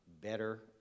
better